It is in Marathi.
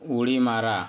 उडी मारा